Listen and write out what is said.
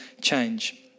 change